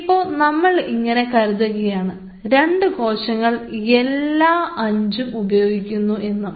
ഇപ്പോ നമ്മളിങ്ങനെ കരുതുകയാണ് 2 കോശങ്ങൾ എല്ലാ 5 ഉപയോഗിക്കുന്നു എന്ന്